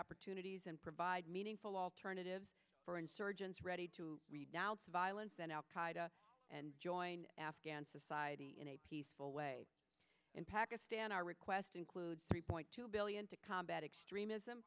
opportunities and provide meaningful alternatives for insurgents ready to read out violence and al qaida and join afghan society in a peaceful way in pakistan our request includes three point two billion to combat extremism